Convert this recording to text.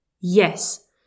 Yes